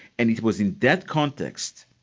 and it was in that context,